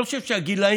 אני חושב שהגילאים